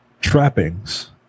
trappings